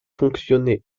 fonctionner